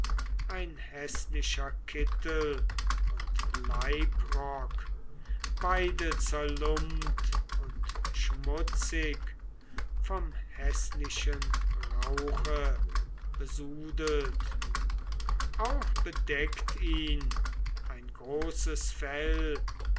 ein häßlicher kittel und leibrock beide zerlumpt und schmutzig vom häßlichen rauche besudelt auch bedeckt ihn ein großes fell